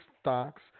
stocks